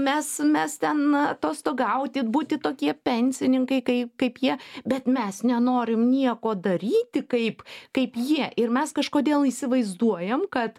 mes mes ten atostogauti būti tokie pensininkai kaip kaip jie bet mes nenorim nieko daryti kaip kaip jie ir mes kažkodėl įsivaizduojam kad